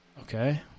Okay